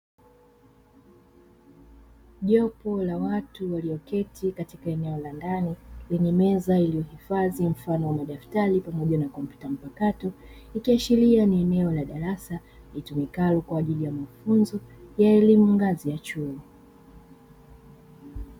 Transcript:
Jopo la watu waliyoketi katika eneo la ndani lenye meza iliyohifadhi mfano wa madaftari pamoja na kompyuta mpakato, ikiashiria ni eneo la darasa litumikalo kwa ajili ya mafunzo ya elimu ya ngazi ya chuo.